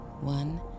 One